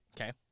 okay